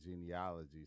genealogy